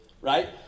right